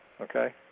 okay